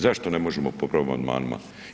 Zašto ne možemo popraviti amandmanima?